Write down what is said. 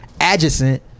adjacent